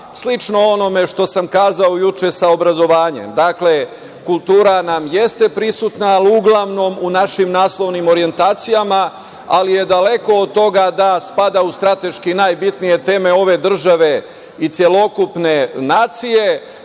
slično onome što sam kazao juče sa obrazovanjem. Dakle, kultura nam jeste prisutna, ali uglavnom u našim naslovnim orijentacijama, ali je daleko od toga da spada u strateški najbitnije teme ove države i celokupne nacije.